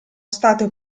state